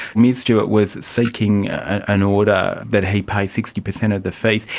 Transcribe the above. ms stewart was seeking an order that he pay sixty percent of the fees.